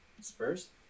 Spurs